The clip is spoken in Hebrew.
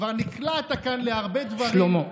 כבר נקלעת כאן להרבה דברים, שלמה,